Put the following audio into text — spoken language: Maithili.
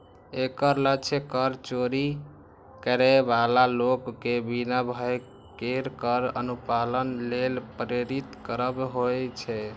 एकर लक्ष्य कर चोरी करै बला लोक कें बिना भय केर कर अनुपालन लेल प्रेरित करब होइ छै